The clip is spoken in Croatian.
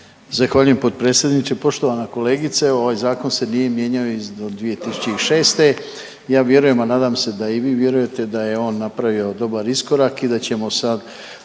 Zahvaljujem potpredsjedniče. Poštovana kolegice ovaj zakon se nije mijenjao iz 2006., ja vjerujem a nadam se da i vi vjerujete da je on napravio dobar iskorak i da ćemo sad